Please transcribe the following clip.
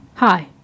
Hi